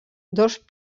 dos